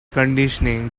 conditioning